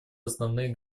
основные